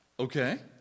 Okay